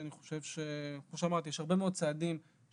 כמו שאמרתי, אני חושב שיש הרבה מאוד צעדים שנעשים.